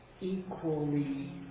equally